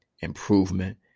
improvement